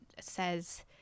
says